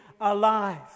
alive